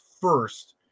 first